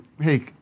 hey